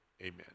amen